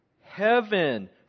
heaven